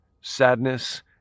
sadness